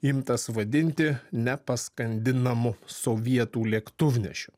imtas vadinti nepaskandinamu sovietų lėktuvnešiu